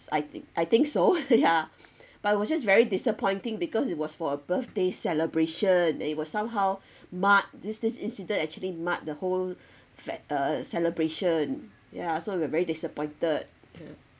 I think I think so yeah but it was just very disappointing because it was for a birthday celebration it was somehow marked this this incident actually marked the whole uh celebration ya so we were very disappointed ya